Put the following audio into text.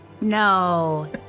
no